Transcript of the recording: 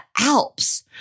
alps